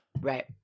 Right